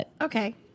Okay